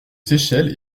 séchelles